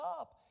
up